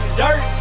dirt